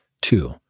Two